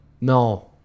No